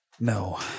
No